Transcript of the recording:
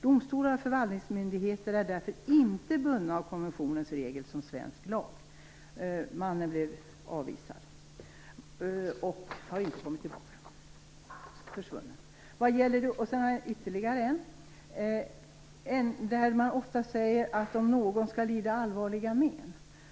Domstolar och förvaltningsmyndigheter är därför inte bundna av konventionens regel som svensk lag. Mannen blev i det här fallet avvisad, och han har inte kommit tillbaka. Han är försvunnen. Jag har ytterligare ett exempel som berör det här man ofta säger om att någon skall lida allvarliga men.